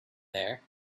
there